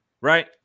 right